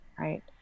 right